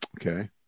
Okay